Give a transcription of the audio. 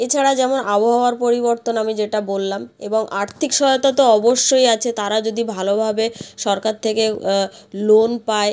এছাড়া যেমন আবহাওয়ার পরিবর্তন আমি যেটা বললাম এবং আর্থিক সহায়তা তো অবশ্যই আছে তারা যদি ভালোভাবে সরকার থেকে লোন পায়